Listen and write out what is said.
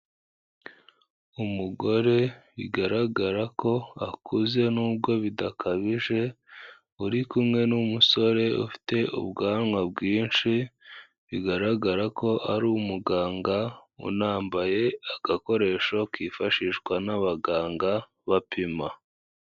Umugore bigaragara ko akuze nubwo bidakabije uri kumwe n'umusore ufite ubwanwa bwinshi bigaragara ko ari umuganga unambaye agakoresho kifashishwa n'abaganga bapima.